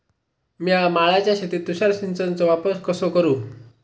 मिया माळ्याच्या शेतीत तुषार सिंचनचो वापर कसो करू?